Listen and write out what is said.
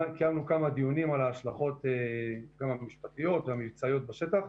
קיימנו כמה דיונים על ההשלכות המשפטיות והמבצעיות בשטח.